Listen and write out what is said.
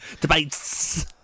Debates